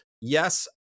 yes